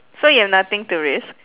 so you have nothing to risk